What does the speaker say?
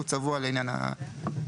הוא צבוע לעניין המטרו.